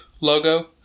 logo